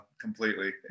completely